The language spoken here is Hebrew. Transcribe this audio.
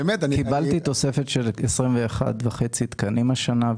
קיבלתי תוספת של 21.5 תקנים השנה,